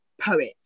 poet